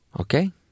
Okay